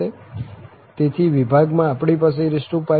તેથી વિભાગમાં આપણી પાસે e e છે